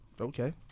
Okay